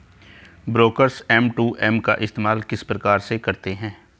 Brokers M two M का इस्तेमाल किस प्रकार से करते हैं?